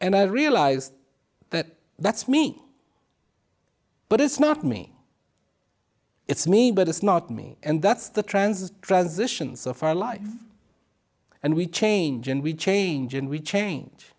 and i realized that that's me but it's not me it's me but it's not me and that's the transit transitions of our life and we change and we change and we change